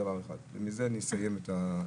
עוד דבר אחד, ועם זה אסיים את הנושא.